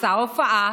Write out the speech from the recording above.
עשה הופעה,